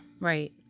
Right